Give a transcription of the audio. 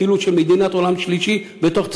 כאילו של מדינת עולם שלישי בתוך צה"ל,